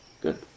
Good